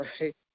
right